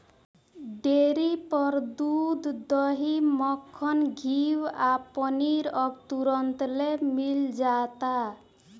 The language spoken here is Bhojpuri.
डेरी पर दूध, दही, मक्खन, घीव आ पनीर अब तुरंतले मिल जाता